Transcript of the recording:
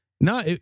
No